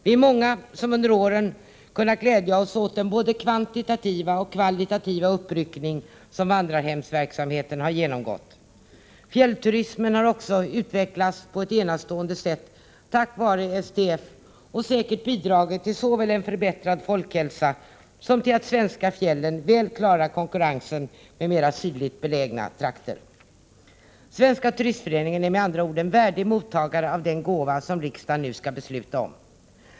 Vi är många som under åren har kunnat glädja oss åt den både kvantitativa och kvalitativa uppryckning som vandrarhemsverksamheten har genomgått. Fjällturismen har också utvecklats på ett enastående sätt, tack vare STF, och säkert bidragit såväl till en förbättrad folkhälsa som till att svenska fjällen väl klarar konkurrensen med mera sydligt belägna trakter. Svenska turistföreningen är med andra ord en värdig mottagare av den gåva som riksdagen nu skall besluta om.